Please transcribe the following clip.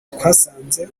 twasanze